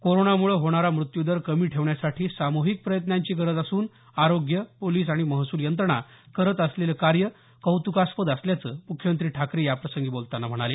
कोरोनामुळे होणारा मृत्यूदर कमी ठेवण्यासाठी सामूहिक प्रयत्नांची गरज असून आरोग्य पोलीस आणि महसूल यंत्रणा करत असलेले कार्य कौतुकास्पद असल्याचं मुख्यमंत्री ठाकरे याप्रसंगी बोलताना सांगितले